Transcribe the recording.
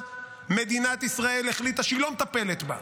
מדינת ישראל החליטה שהיא לא מטפלת בה,